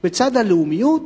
בצד הלאומיות